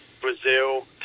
Brazil